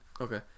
okay